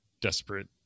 desperate